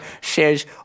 says